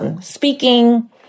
Speaking